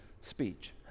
speech